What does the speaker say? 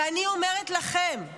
ואני אומרת לכם,